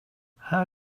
how